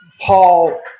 Paul